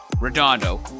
Redondo